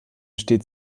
steht